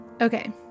Okay